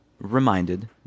reminded